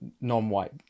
non-white